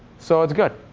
so it's good.